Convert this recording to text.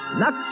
Lux